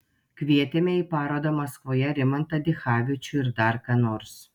kvietėme į parodą maskvoje rimantą dichavičių ir dar ką nors